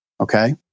okay